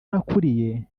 nakuriye